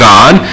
God